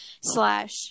slash